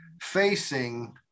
facing